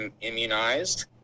immunized